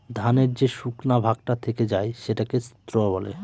ধানের যে শুকনা ভাগটা থেকে যায় সেটাকে স্ত্র বলে